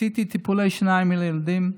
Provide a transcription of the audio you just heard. עשיתי טיפולי שיניים לילדים,